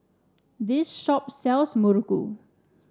this shop sells Muruku